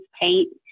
paint